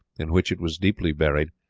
in which it was deeply buried,